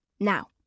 Now